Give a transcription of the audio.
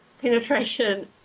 penetration